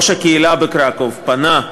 ראש הקהילה בקרקוב פנה,